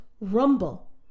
Rumble